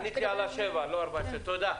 תודה.